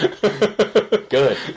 Good